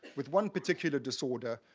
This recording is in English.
with one particular disorder,